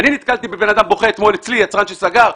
אני נתקלתי בבן אדם בוכה אתמול אצלי, יצרן שסגר.